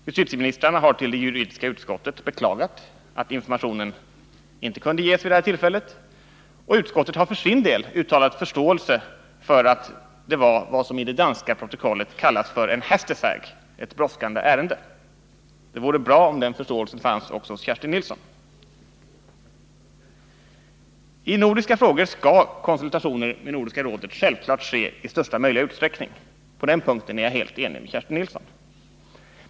Justitieministrarna har inför det juridiska utskottet beklagat att informationen inte kunde ges vid dessa tillfällen, och utskottet har för sin del uttalat förståelse för att det var vad som i det danska protokollet kallas för en ”hastesag” — ett brådskande ärende. Det vore bra om den förståelsen fanns också hos Kerstin Nilsson. I nordiska frågor skall konsultationer med Nordiska rådet självfallet ske i största möjliga utsträckning. På den punkten är jag helt överens med Kerstin Nilsson.